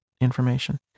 information